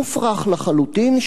מופרך לחלוטין,